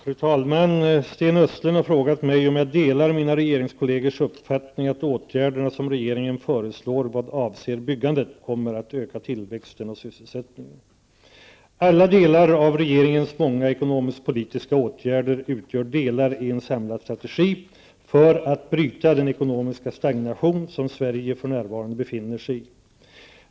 Fru talman! Sten Östlund har frågat mig om jag delar mina regeringskollegers uppfattning att åtgärderna som regeringen föreslår vad avser byggandet kommer att öka tillväxten och sysselsättningen. Alla delar av regeringens många ekonomiskpolitiska åtgärder utgör delar i en samlad strategi för att bryta den ekonomiska stagnation som Sverige för närvarande befinner sig i.